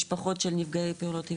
משפחות של נפגעי פעולות איבה,